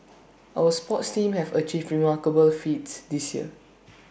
our sports teams have achieved remarkable feats this year